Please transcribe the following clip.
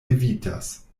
evitas